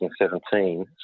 2017